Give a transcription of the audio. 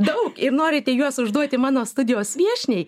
daug ir norite juos užduoti mano studijos viešniai